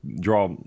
draw